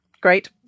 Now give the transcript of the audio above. Great